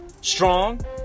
strong